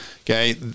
Okay